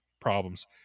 problems